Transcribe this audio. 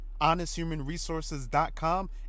honesthumanresources.com